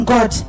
God